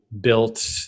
built